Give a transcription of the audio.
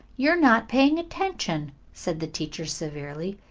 you are not paying attention, said the teacher severely.